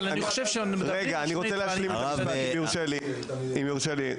אם יורשה לי,